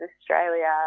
Australia